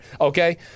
Okay